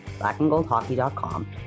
blackandgoldhockey.com